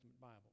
Bible